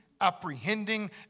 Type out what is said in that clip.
apprehending